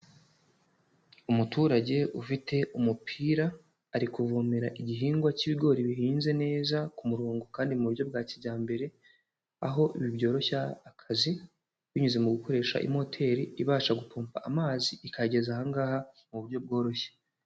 Umuturage ufite umupira, ari kuvomera igihingwa cy'ibigori bihinze neza, ku murongo kandi mu buryo bwa kijyambere, aho ibi byoroshya akazi binyuze mu gukoresha imoteri ibasha gupompa amazi, ikayageza aha ngaha mu buryo bworoshye.